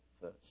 first